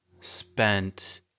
spent